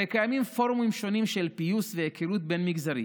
הרי קיימים פורומים שונים של פיוס והיכרות בין מגזרים.